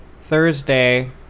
Thursday